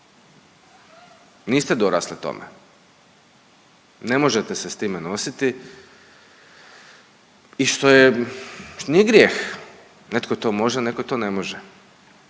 Niste dorasli tome. Ne možete se s time nositi i što je, nije grijeh, netko to može, netko to ne može.